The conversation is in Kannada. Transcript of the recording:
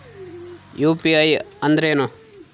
ಯು.ಪಿ.ಐ ಅಂದ್ರೇನು?